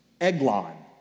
Eglon